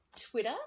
twitter